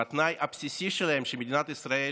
והתנאי הבסיסי שלהן הוא שמדינת ישראל